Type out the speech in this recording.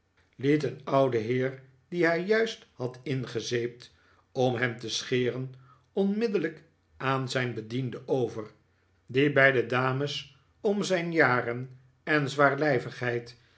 een ouden heer dien hij juist had ingezeept om hem te scheren onmiddellijk aan zijn bediende over die bij de dames f om zijn jaren en